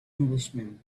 englishman